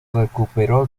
recuperó